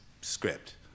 script